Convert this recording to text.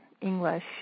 English